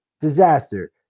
disaster